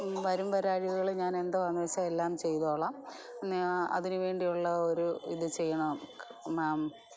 വരും വരാഴികകൾ ഞാൻ എന്തുവാന്ന് വച്ചാൽ എല്ലാം ചെയ്തോളാം ഞാൻ അതിന് വേണ്ടിയുള്ള ഒരു ഇത് ചെയ്യണം മാം